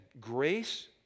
Grace